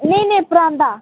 नेईं नेईं परांदा